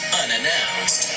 unannounced